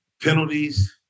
Penalties